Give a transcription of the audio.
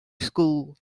school